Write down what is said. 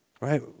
right